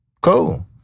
Cool